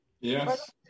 Yes